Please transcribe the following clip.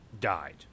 Died